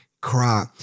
cry